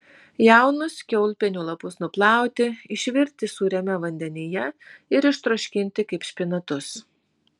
jaunus kiaulpienių lapus nuplauti išvirti sūriame vandenyje ir ištroškinti kaip špinatus